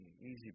easy